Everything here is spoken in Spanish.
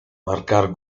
marcar